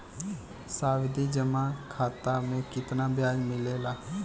सावधि जमा खाता मे कितना ब्याज मिले ला?